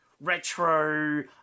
retro